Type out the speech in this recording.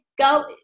go